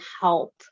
help